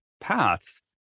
paths